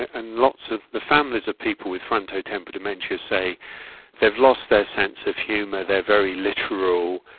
and lots of the families of people with frontotemporal dementia say they've lost their sense of humour, they are very literal,